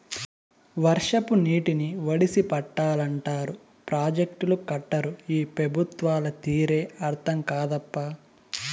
వర్షపు నీటిని ఒడిసి పట్టాలంటారు ప్రాజెక్టులు కట్టరు ఈ పెబుత్వాల తీరే అర్థం కాదప్పా